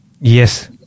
Yes